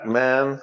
man